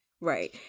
right